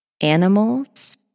animals